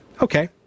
Okay